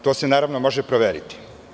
To se, naravno, može proveriti.